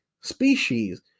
species